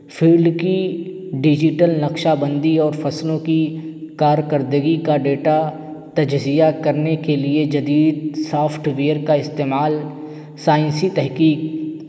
fuel کی digital نقشہ بندی اور فصلوں کی کارکردگی کا ڈیٹا تجزیہ کرنے کے لیے جدید سافٹ ویئر کا استعمال سائنسی تحقیق